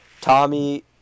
Tommy